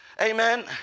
amen